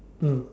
mm